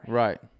right